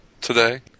today